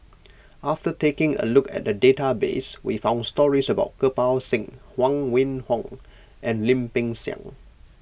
after taking a look at the database we found stories about Kirpal Singh Huang Wenhong and Lim Peng Siang